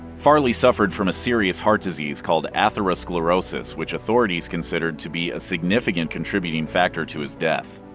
farley suffered from a serious heart disease called atherosclerosis, which authorities considered to be a significant contributing factor to his death.